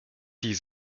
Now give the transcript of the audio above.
die